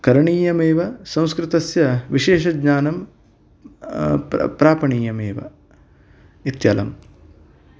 करणीयम् एव संस्कृतस्य विशेषज्ञानं प्रापणीयम् एव इत्यलम्